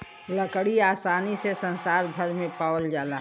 लकड़ी आसानी से संसार भर में पावाल जाला